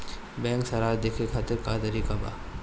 Bank सराश देखे खातिर का का तरीका बा?